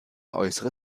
äußere